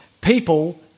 people